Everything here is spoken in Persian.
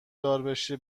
داربشه